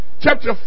Chapter